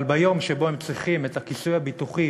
אבל ביום שבו הם צריכים את הכיסוי הביטוחי